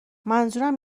منظورم